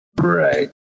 Right